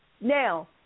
Now